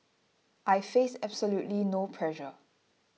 I face absolutely no pressure